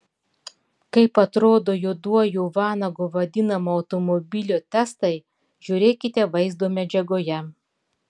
kaip atrodo juoduoju vanagu vadinamo automobilio testai žiūrėkite vaizdo medžiagoje